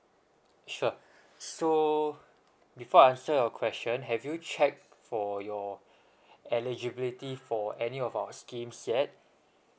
sure so before answer your question have you checked for your eligibility for any of our schemes yet